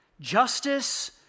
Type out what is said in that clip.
Justice